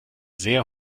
sehr